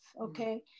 okay